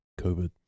COVID